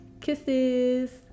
Kisses